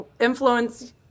Influence